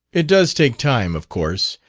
it does take time, of course.